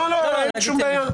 אין שום בעיה.